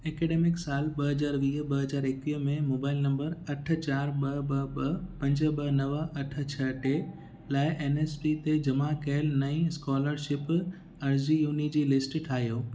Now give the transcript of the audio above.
academic साल ॿ हज़ार वीह ॿ हज़ार एकवीह में मोबाइल नंबर अठ चार ॿ ॿ ॿ पंज ॿ नव अठ छ्ह टे लाइ एन एस पी ते जमा कयल नईं स्कॉलरशिप अर्ज़ियुनि जी लिस्ट ठाहियो